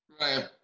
Right